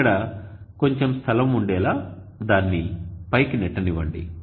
ఇక్కడ కొంచెం స్థలం ఉండేలా దానిని పైకి నెట్టనివ్వండి